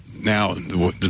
Now